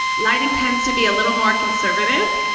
lighting tends to be a little more conservative,